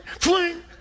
fling